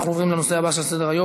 אנחנו עוברים לנושא הבא שעל סדר-היום,